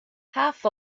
half